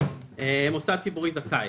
"מוסד ציבורי זכאי"